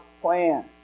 plan